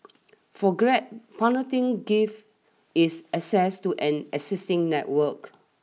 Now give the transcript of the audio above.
for Grab partnering gives is access to an existing network